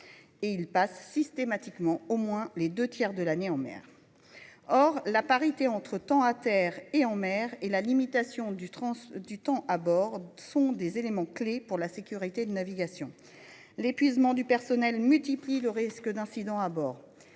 Ils passent systématiquement au moins les deux tiers de l'année en mer. Or la parité entre durée à terre et temps en mer et la limitation du temps à bord sont des éléments clés pour la sécurité des navigations. L'épuisement du personnel multiplie le risque d'incidents à bord.